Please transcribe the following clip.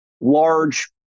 large